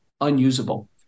unusable